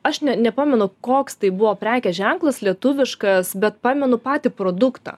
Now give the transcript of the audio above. aš ne nepamenu koks tai buvo prekės ženklas lietuviškas bet pamenu patį produktą